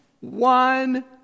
one